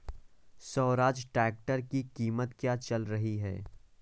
Swaraj tractor की कीमत क्या चल रही है?